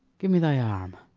give me thy arm